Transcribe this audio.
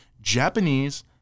Japanese